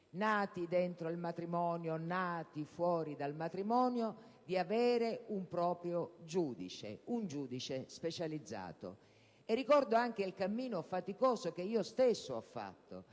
nati all'interno del matrimonio che quelli nati fuori del matrimonio, di avere un proprio giudice, un giudice specializzato. Ricordo anche il cammino faticoso, che io stessa ho fatto,